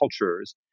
cultures